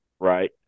right